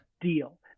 deal